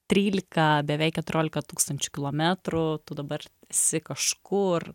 trylika beveik keturiolika tūkstančių kilometrų tu dabar esi kažkur